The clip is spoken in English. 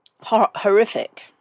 horrific